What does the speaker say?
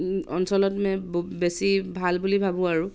অঞ্চলত বেছি ভাল বুলি ভাবোঁ আৰু